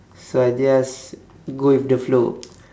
so I just go with the flow